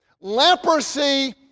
Leprosy